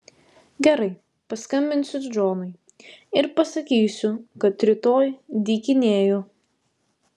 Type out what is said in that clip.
gerai paskambinsiu džonui ir pasakysiu kad rytoj dykinėju